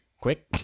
quick